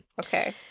Okay